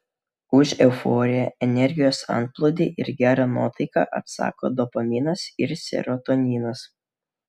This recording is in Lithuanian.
už euforiją energijos antplūdį ir gerą nuotaiką atsako dopaminas ir serotoninas